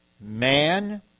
man